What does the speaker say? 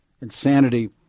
insanity